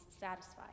satisfied